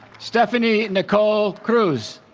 stephanie nicole cruz